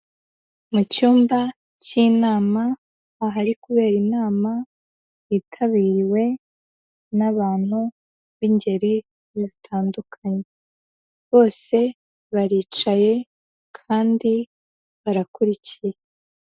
Mu cyumba cy'inama, ahari kubera inama yitabiriwe n'abantu b'ingeri zitandukanye. Bose baricaye kandi barakurikiye.